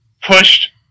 pushed